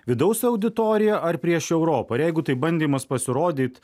vidaus auditoriją ar prieš europą ir jeigu tai bandymas pasirodyt